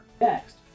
Next